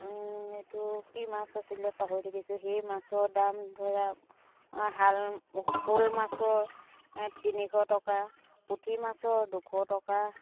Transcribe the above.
এইটো কি মাছ আছিলে পাহৰি থাকিছোঁ সেই মাছৰ দাম ধৰা শাল শ'ল মাছৰ এ তিনিশ টকা পুঠি মাছৰ দুশ টকা